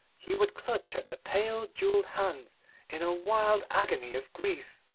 he would clutch at the pale jewelled hands in a wild agony of grief,